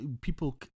people